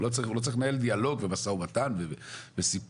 הוא לא צריך לנהל דיאלוג ומשא ומתן וסיפור.